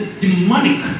demonic